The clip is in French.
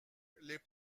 les